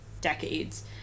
decades